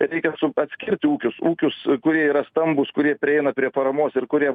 reikia visur atskirti ūkius ūkius kurie yra stambūs kurie prieina prie paramos ir kurie